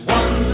one